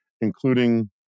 including